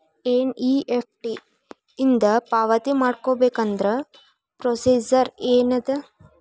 NEFT ಇಂದ ಪಾವತಿ ಮಾಡಬೇಕಂದ್ರ ಪ್ರೊಸೇಜರ್ ಏನದ